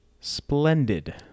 splendid